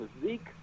physique